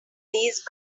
these